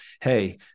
hey